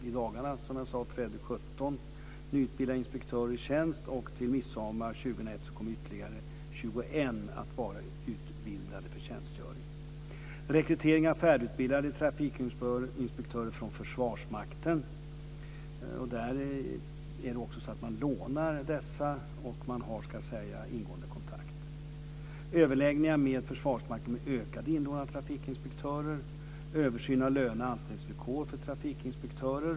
I dagarna trädde, som jag sade, 17 nyutbildade inspektörer i tjänst, och till midsommar 2001 kommer ytterligare 21 att vara utbildade för tjänstgöring. Det sker rekrytering av färdigutbildade trafikinspektörer från Försvarsmakten. Man lånar också dessa och man har ingående kontakt. Överläggningar pågår med Försvarsmakten om ökad inlåning av trafikinspektörer. Det sker en översyn av löner och anställningsvillkor för trafikinspektörer.